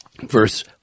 Verse